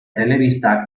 telebista